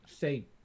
Say